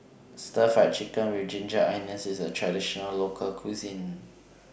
Stir Fried Chicken with Ginger Onions IS A Traditional Local Cuisine